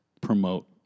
promote